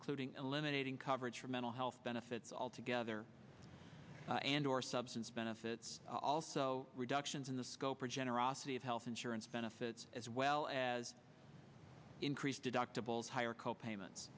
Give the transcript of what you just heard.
including eliminating coverage for mental health benefits altogether and or substance benefits also reductions in the scope or generosity of health insurance benefits as well as increased deductibles higher co payments